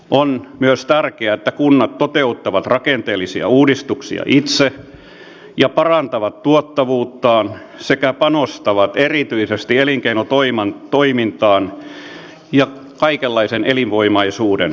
on myös tärkeää että kunnat toteuttavat rakenteellisia uudistuksia itse ja parantavat tuottavuuttaan sekä panostavat erityisesti elinkeinotoimintaan ja kaikenlaisen elinvoimaisuuden parantamiseen